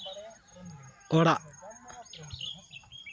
ᱚᱲᱟᱜ